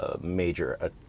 major